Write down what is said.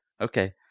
Okay